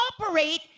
operate